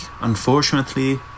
unfortunately